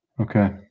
Okay